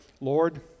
Lord